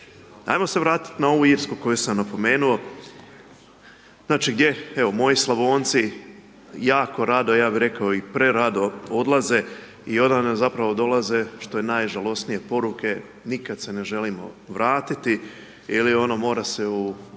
Ajmo se vratiti na ovu Irsku koju sam napomenuo, znači gdje evo moji Slavonci jako rado, ja bi rekao i prerado odlaze i onda zapravo dolaze što je najžalosnije poruke, nikad se ne želimo vratiti ili ono mora se u